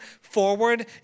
forward